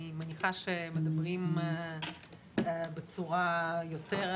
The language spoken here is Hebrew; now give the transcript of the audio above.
אני מניחה שמדברים בצורה שונה,